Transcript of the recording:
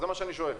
זה מה שאני שואל.